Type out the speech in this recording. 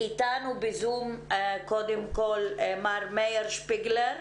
נמצאים בזום מר מאיר שפיגלר,